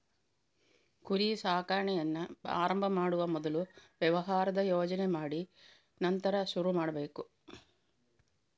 ಕುರಿ ಸಾಕಾಣೆಯನ್ನ ಆರಂಭ ಮಾಡುವ ಮೊದಲು ವ್ಯವಹಾರದ ಯೋಜನೆ ಮಾಡಿ ನಂತರ ಶುರು ಮಾಡ್ಬೇಕು